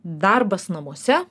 darbas namuose